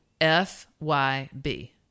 F-Y-B